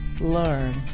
learn